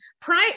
Prior